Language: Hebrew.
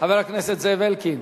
חבר הכנסת זאב אלקין,